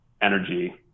energy